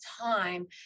time